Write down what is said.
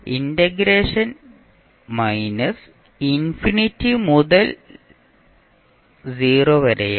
integration minus infinity മുതൽ 0 വരെയാണ്